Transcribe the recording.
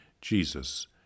Jesus